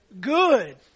good